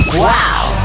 Wow